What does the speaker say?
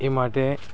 એ માટે